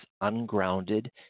ungrounded